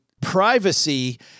privacy